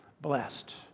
blessed